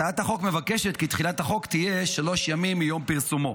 הצעת החוק מבקשת כי תחילת החוק תהיה שלושה ימים מיום פרסומו.